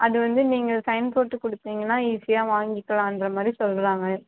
அது வந்து நீங்கள் சைன் போட்டு கொடுத்தீங்கன்னா ஈஸியாக வாங்கிக்கலாங்கிற மாதிரி சொல்கிறாங்க